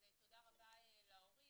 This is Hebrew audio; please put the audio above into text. אז תודה רבה להורים.